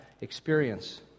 experience